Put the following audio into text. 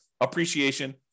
appreciation